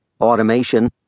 automation